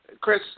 Chris